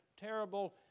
terrible